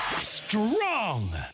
strong